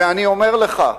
ואני אומר לך,